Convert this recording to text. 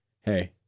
hey